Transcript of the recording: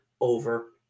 over